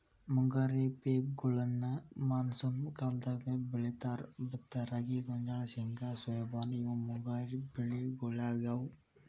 ಮುಂಗಾರಿ ಪೇಕಗೋಳ್ನ ಮಾನ್ಸೂನ್ ಕಾಲದಾಗ ಬೆಳೇತಾರ, ಭತ್ತ ರಾಗಿ, ಗೋಂಜಾಳ, ಶೇಂಗಾ ಸೋಯಾಬೇನ್ ಇವು ಮುಂಗಾರಿ ಬೆಳಿಗೊಳಾಗ್ಯಾವು